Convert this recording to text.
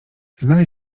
znali